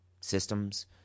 systems